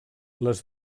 les